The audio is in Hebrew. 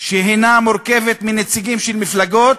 שמורכבת מנציגים של מפלגות,